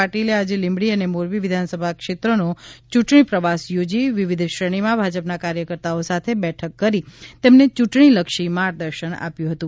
પાટીલે આજે લીંબડી અને મોરબી વિધાનસભા ક્ષેત્રનો યૂંટણી પ્રવાસ યોજી વિવિધ શ્રેણીમાં ભાજપના કાર્યકર્તાઓ સાથે બેઠક કરી તેમને યૂંટણીલક્ષી માર્ગદર્શન આપ્યું હતુ